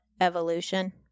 evolution